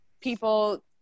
people